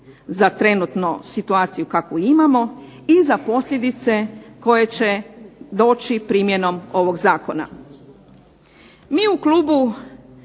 za trenutnu situaciju kakvu imamo i za posljedice koje će doći primjenom ovog zakona.